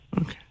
okay